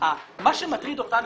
מה שמטריד אותנו,